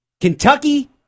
Kentucky